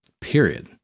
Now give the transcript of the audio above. period